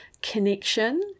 connection